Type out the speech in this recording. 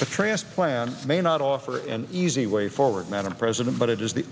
a transplant may not offer an easy way forward madam president but it is the